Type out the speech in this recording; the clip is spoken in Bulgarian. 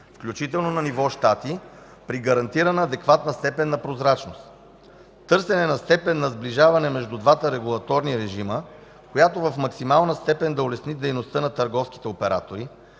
включително на ниво Щати, при гарантирана адекватна степен на прозрачност; - търсене на степен на сближаване между двата регулаторни режима, която в максимална степен да улесни дейността на търговските оператори,